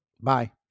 Bye